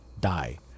die